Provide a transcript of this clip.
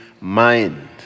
mind